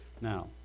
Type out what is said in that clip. Now